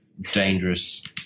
dangerous